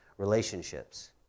relationships